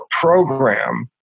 program